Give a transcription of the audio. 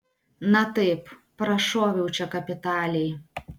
na taip prašoviau čia kapitaliai